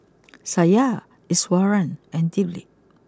Satya Iswaran and Dilip